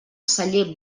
celler